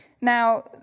Now